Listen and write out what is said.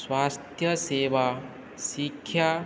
स्वास्थ्यसेवा शिक्षा